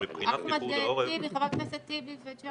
מבחינת פיקוד העורף, יש להם